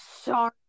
sorry